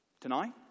Tonight